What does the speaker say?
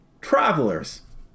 travelers